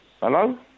Hello